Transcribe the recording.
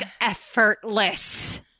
effortless